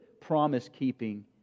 promise-keeping